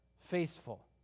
faithful